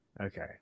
okay